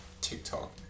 TikTok